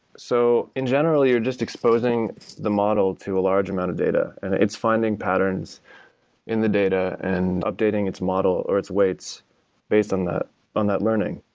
so in general, you're just exposing the model to a large amount data, and it's finding patterns in the data and updating its model or its weights based on that on that learning.